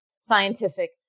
scientific